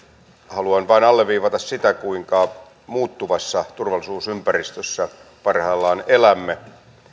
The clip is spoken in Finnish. haluan vain alleviivata sitä kuinka muuttuvassa turvallisuusympäristössä parhaillaan elämme